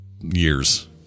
years